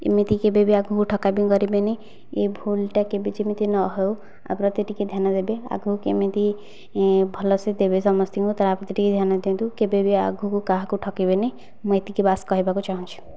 ଏମିତି କେବେବି ଆଗକୁ ଠକାମୀ କରିବେନି ଏ ଭୁଲ ଟା କେବେ ଯେମିତି ନ ହେଉ ୟା ପ୍ରତି ଟିକିଏ ଧ୍ୟାନ ଦେବେ ଆଗକୁ କେମିତି ଭଲରେ ଦେବେ ସମସ୍ତଙ୍କୁ ତା ପ୍ରତି ଟିକେ ଧ୍ୟାନ ଦିଅନ୍ତୁ କେବେବି ଆଗକୁ କାହାକୁ ଠକିବେନି ମୁଁ ଏତିକି ବାସ କହିବାକୁ ଚାହୁଁଛି